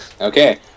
Okay